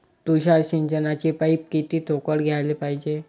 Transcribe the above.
तुषार सिंचनाचे पाइप किती ठोकळ घ्याले पायजे?